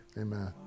Amen